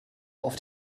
auf